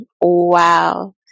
Wow